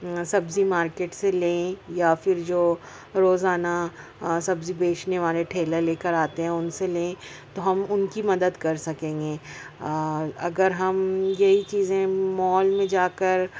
سبزی مارکٹ سے لیں یا پھر جو روزانہ سبزی بیچنے والے ٹھیلہ لے کر آتے ہیں ان سے لیں تو ہم ان کی مدد کر سکیں گے آ اگر ہم یہ چیزیں مال میں جا کر